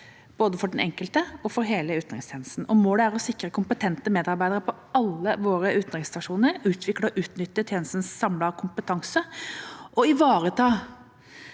både for den enkelte og for hele utenrikstjenesten, og målet er å sikre kompetente medarbeidere på alle våre utenriksstasjoner, utvikle og utnytte tjenestens samlede kompetanse og ivareta